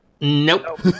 Nope